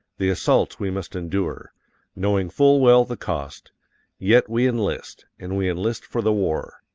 the assaults we must endure knowing full well the cost yet we enlist, and we enlist for the war.